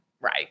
Right